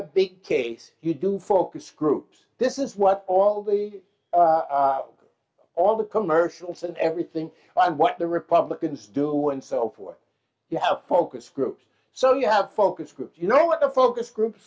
a big case you do focus groups this is what all the all the commercials and everything and what the republicans do oneself or you have focus groups so you have focus groups you know what the focus groups